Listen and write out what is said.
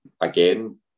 again